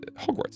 Hogwarts